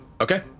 okay